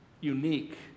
unique